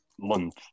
month